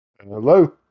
Hello